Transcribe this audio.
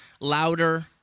louder